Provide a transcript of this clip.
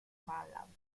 mallaŭte